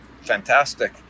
fantastic